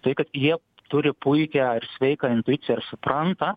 tai kad jie turi puikią ir sveiką intuiciją ir supranta